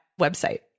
website